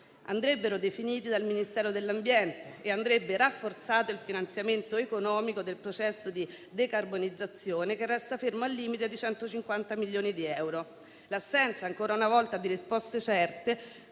andrebbero definiti dal Ministero dell'ambiente e andrebbe rafforzato il finanziamento economico del processo di decarbonizzazione, che resta fermo al limite di 150 milioni di euro. L'assenza ancora una volta di risposte certe,